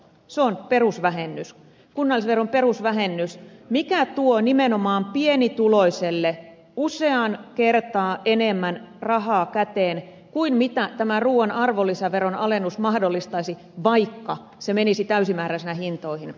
se on perusvähennys kunnallisveron perusvähennys mikä tuo nimenomaan pienituloiselle monta kertaa enemmän rahaa käteen kuin tämä ruuan arvonlisäveron alennus mahdollistaisi vaikka se menisi täysimääräisenä hintoihin